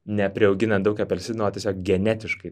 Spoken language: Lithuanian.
ne priauginant daug apelsinų o tiesiog genetiškai